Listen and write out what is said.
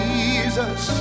Jesus